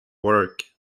work